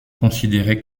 considérées